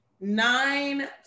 Nine